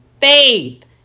faith